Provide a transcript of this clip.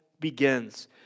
begins